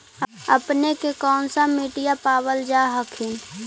अपने के कौन सा मिट्टीया पाबल जा हखिन?